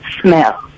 smell